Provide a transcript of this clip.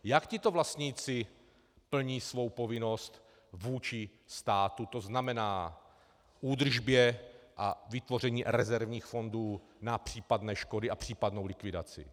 Jak tito vlastníci plní svou povinnost vůči státu, to znamená k údržbě a vytvoření rezervních fondů na případné škody a případnou likvidaci?